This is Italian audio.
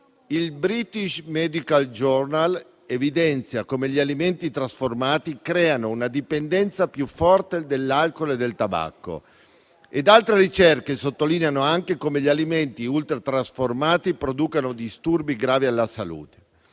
Il British Medical Journal evidenzia come gli alimenti trasformati creano una dipendenza più forte dell'alcol e del tabacco ed altre ricerche sottolineano anche come gli alimenti ultra-trasformati producano disturbi gravi alla salute.